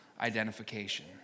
identification